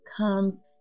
comes